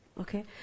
okay